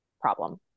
problem